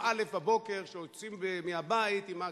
יום א' בבוקר, שיוצאים מהבית עם התיקים,